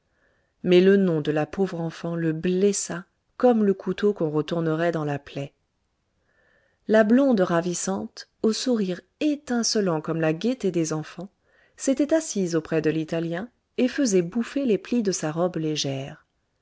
mais le nom de la pauvre enfant le blessa comme le couteau qu'on retournerait dans la plaie la blonde ravissante au sourire étincelant comme la gaieté des enfants s'était assise auprès de l'italien et faisait bouffer les plis de sa robe légère